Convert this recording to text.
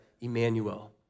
Emmanuel